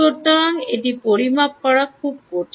সুতরাং এটি পরিমাপ করা খুব কঠিন